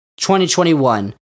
2021